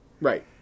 right